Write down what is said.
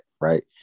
Right